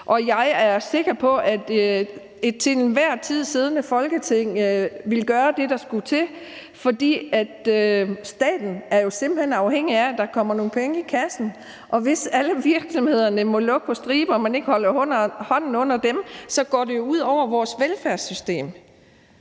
jeg er sikker på, at det til enhver tid valgte Folketing ville gøre det, der skulle til, for staten er jo simpelt hen afhængig af, at der kommer nogle penge i kassen, og hvis alle virksomheder må lukke på stribe og man ikke holder hånden under dem, går det jo ud over vores velfærdssystem.